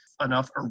enough